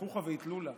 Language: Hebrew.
לחוכא ואיטלולא